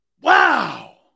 Wow